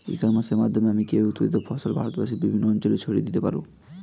ই কমার্সের মাধ্যমে আমি কিভাবে উৎপাদিত ফসল ভারতবর্ষে বিভিন্ন অঞ্চলে ছড়িয়ে দিতে পারো?